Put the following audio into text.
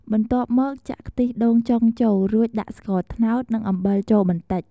បន្ទាប់មកចាក់ ខ្ទិះដូងចុងចូល រួចដាក់ស្ករត្នោត និងអំបិលចូលបន្តិច។